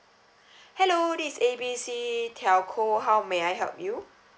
hello this is A B C telco how may I help you